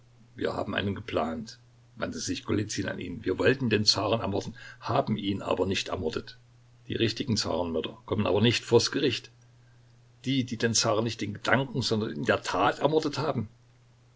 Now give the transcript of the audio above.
wir haben einen geplant wandte sich golizyn an ihn wir wollten den zaren ermorden haben ihn aber nicht ermordet die richtigen zarenmörder kommen aber nicht vors gericht die die den zaren nicht in gedanken sondern in der tat ermordet haben